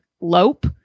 lope